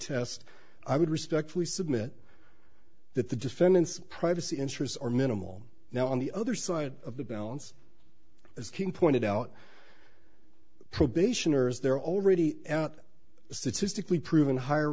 test i would respectfully submit that the defendant's privacy interests are minimal now on the other side of the balance as king pointed out probationers there are already out statistically proven higher